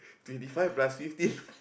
twenty five plus fifteen